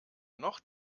noch